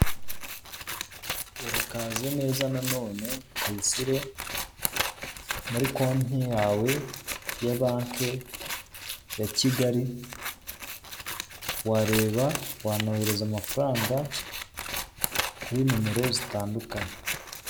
Urakaze neza nanone Kayisire muri konti yawe ya banki ya Kigali wareba wanohereza amafaranga kuri nimero zitandukanye.